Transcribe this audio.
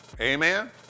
amen